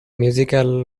musical